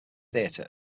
theatre